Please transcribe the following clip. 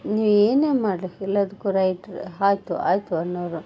ನೀವು ಏನೇ ಮಾಡಲಿ ಎಲ್ಲಾದಕ್ಕು ರೈಟ್ ಆಯ್ತು ಆಯಿತು ಅನ್ನೋರು